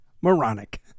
moronic